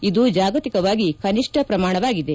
ಇದು ಜಾಗತಿಕವಾಗಿ ಕನಿಷ್ಠ ಶ್ರಮಾಣವಾಗಿದೆ